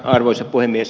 arvoisa puhemies